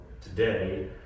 today